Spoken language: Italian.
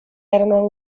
erano